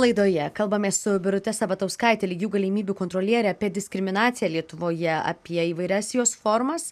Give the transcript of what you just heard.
laidoje kalbamės su birute sabatauskaite lygių galimybių kontroliere apie diskriminaciją lietuvoje apie įvairias jos formas